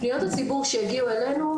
פניות הציבור שהגיעו אלינו,